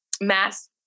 Mass